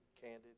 candid